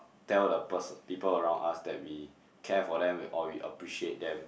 tell the person people around us that we care for them or we appreciate them